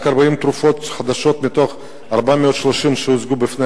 רק 40 תרופות חדשות מתוך 430 שהוצגו בפני